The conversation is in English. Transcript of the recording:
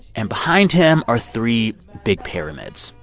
and behind him are three big pyramids,